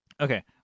Okay